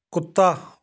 ਕੁੱਤਾ